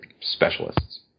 specialists